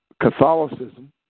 Catholicism